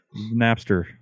Napster